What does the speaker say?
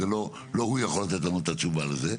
לא הוא יכול לתת לנו את התשובה לזה.